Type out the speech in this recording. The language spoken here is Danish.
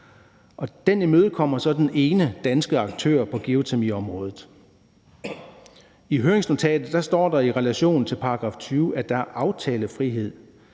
Den imødekommer så den eneste danske aktør på geotermiområdet. I høringsnotatet står der i relation til § 20, at der er aftalefrihed.